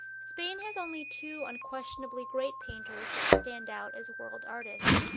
spain has only two unquestionably great painters that stand out as world-artists.